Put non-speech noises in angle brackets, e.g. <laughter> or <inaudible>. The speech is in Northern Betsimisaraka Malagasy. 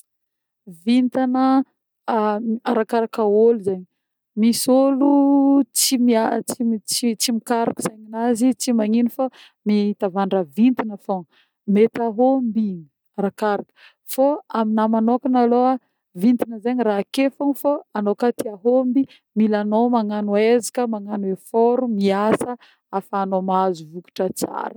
Vintagna <hesitation> arakaraka ôlo zegny. Misy ôlo tsy <hesitation> tsy mikaroka segnananjy tsy magnino fô mitavandra vitagna fogna, mety ahômby igny arakaraka. Fô aminah manôkagna alôha vitagna zegny raha ake fogna fa anô koa te ahômby mila anô magnano ezaka, magnano effort, miasa afahanao mahazo vokatra tsara.